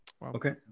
Okay